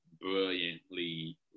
brilliantly